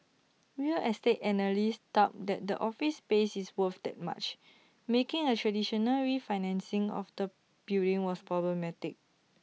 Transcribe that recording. real estate analysts doubt that the office space is worth that much making A traditional refinancing of the building was problematic